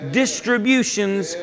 distributions